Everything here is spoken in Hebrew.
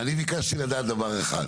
אני ביקשתי לדעת דבר אחד